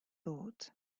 thought